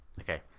Okay